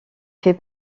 fait